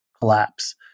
collapse